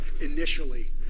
initially